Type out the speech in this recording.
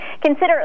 Consider